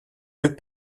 deux